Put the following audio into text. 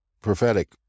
prophetic